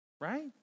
Right